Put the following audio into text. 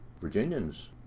Virginians